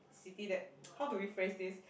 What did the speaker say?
city that how do we phrase this